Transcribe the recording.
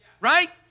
Right